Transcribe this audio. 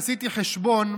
עשיתי חשבון,